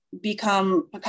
become